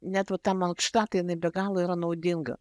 net va ta mankšta tai jinai be galo yra naudinga